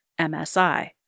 MSI